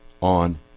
on